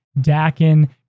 Dakin